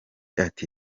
ati